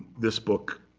this book